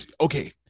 Okay